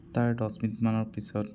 তাৰ দহ মিনিটমানৰ পিছত